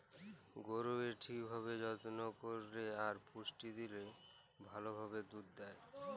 গরুকে ঠিক ভাবে যত্ন করল্যে আর পুষ্টি দিলে ভাল ভাবে দুধ হ্যয়